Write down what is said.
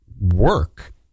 work